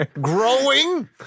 Growing